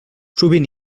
sovint